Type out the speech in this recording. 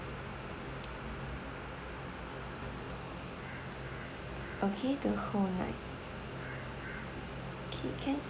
okay to hold right okay can